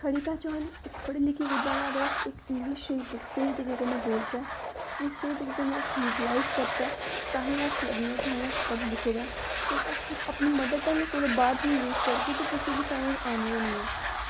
साढ़ी भाशा इक पढ़ी लिखी दी अगर अस इंग्लिश अगर स्हेई तरीके कन्नै बोलचै उस्सी स्हेई तरीके कन्नै अगर अस युटीलाइज़ करचै पैह्ले ते अस लग्गने आं कि अस पढ़े लिखे दे आं अगर अस अपनी मदर टंग कुदै बाह्र जाइयै यूज़ करगे ते कुसै गी समझ आनी गै निं ऐ